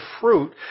fruit